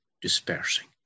dispersing